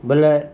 ବେଲେ